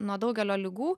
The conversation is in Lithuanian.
nuo daugelio ligų